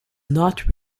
not